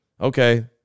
okay